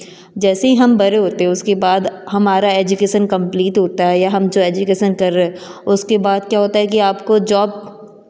जैसे ही हम बड़े होते हैं उसके बाद हमारा एजुकेशन कंप्लीत होता है या हम जो एजुकेशन कर रहे उसके बाद क्या होता है कि आपको जॉब